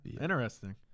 interesting